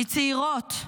מצעירות,